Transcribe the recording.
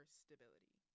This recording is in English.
stability